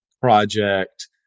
project